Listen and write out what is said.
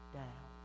down